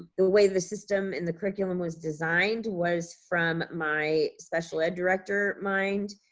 the way the system in the curriculum was designed was from my special ed director mind,